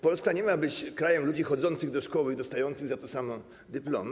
Polska nie ma być krajem ludzi chodzących do szkoły i dostających za to samo dyplomy.